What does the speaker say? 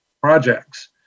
projects